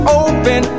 open